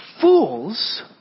Fools